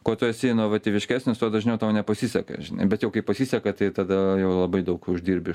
kuo tu esi inovatyviškesnis tuo dažniau tau nepasiseka bet jau kai pasiseka tai tada jau labai daug uždirbi